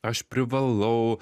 aš privalau